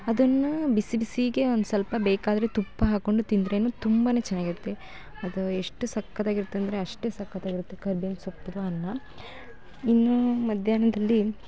ಅದನ್ನು ಬಿಸಿ ಬಿಸಿಗೇ ಒಂದು ಸ್ವಲ್ಪ ಬೇಕಾದರೆ ತುಪ್ಪ ಹಾಕೊಂಡು ತಿಂದ್ರೇ ತುಂಬಾ ಚೆನ್ನಾಗಿರುತ್ತೆ ಅದು ಎಷ್ಟು ಸಕ್ಕತ್ತಾಗಿರುತ್ತೆ ಅಂದರೆ ಅಷ್ಟೇ ಸಕ್ಕತ್ತಾಗಿರುತ್ತೆ ಕರ್ಬೇವಿನ ಸೊಪ್ಪಿರೋ ಅನ್ನ ಇನ್ನೂ ಮಧ್ಯಾಹ್ನದಲ್ಲಿ